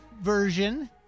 version